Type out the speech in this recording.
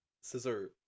Scissor